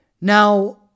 Now